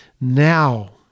Now